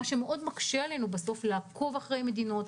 זה מאוד מקשה עלינו בסוף לעקוב אחרי מדינות,